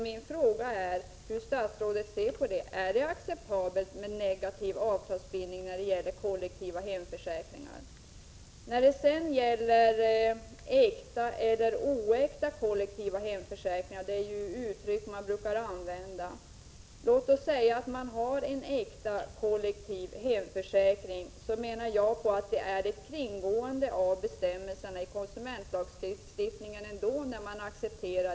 Min fråga är hur statsrådet ser på detta. Är det acceptabelt med negativ avtalsbindning när det gäller kollektiva hemförsäkringar? Man brukar ju använda uttrycken äkta och oäkta kollektiva hemförsäkringar. Låt oss säga att man har en äkta kollektiv hemförsäkring — det menar jag är ett kringgående av bestämmelserna i konsumentlagstiftningen.